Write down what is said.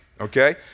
Okay